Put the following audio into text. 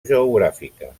geogràfica